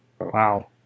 Wow